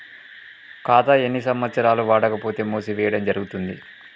ఖాతా ఎన్ని సంవత్సరాలు వాడకపోతే మూసివేయడం జరుగుతుంది?